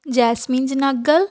Jasmine Janagal